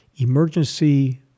Emergency